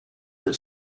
for